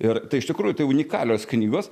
ir tai iš tikrųjų tai unikalios knygos